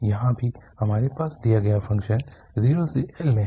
यहाँ भी हमारे पास दिया गया फ़ंक्शन 0 से L में है